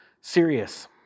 serious